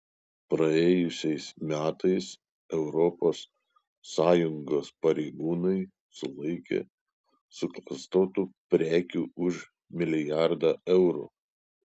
praėjusiais metais europos sąjungos pareigūnai sulaikė suklastotų prekių už milijardą eurų